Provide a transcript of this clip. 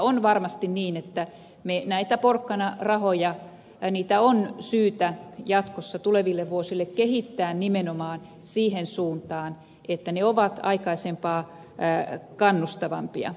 on varmasti niin että näitä porkkanarahoja on syytä jatkossa tuleville vuosille kehittää nimenomaan siihen suuntaan että ne ovat aikaisempaa kannustavampia